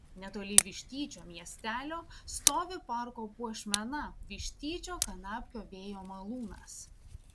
netoli vištyčio miestelio stovi parko puošmena vištyčio kanapkio vėjo malūnas